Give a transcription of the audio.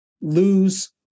lose